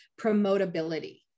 promotability